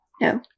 no